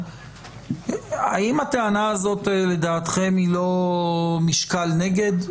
האם הטענה הזאת לדעתכם היא לא משקל נגד?